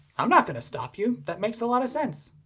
i'm not gonna stop you. that makes a lot of sense!